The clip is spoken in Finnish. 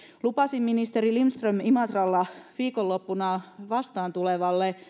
ministeri lindström lupasin imatralla viikonloppuna vastaan tulleelle